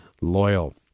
loyal